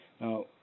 Now